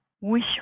wish